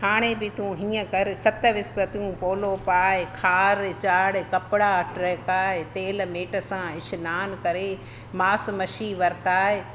हाणे बि तूं हीअं कर सत विसपतियूं पोलो पाए खारु चाढ़ कपिड़ा टहिकाए तेलु मेट सां सनानु करे मास मछी वरिताए